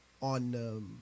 on